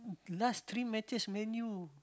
last three matches menu